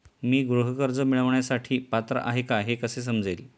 मी गृह कर्ज मिळवण्यासाठी पात्र आहे का हे कसे समजेल?